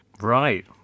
Right